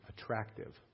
attractive